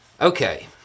Okay